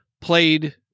played